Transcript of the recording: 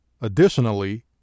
Additionally